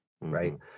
Right